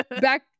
Back